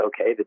okay